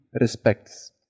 respects